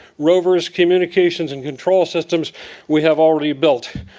rovers, communications, and control systems we have already built.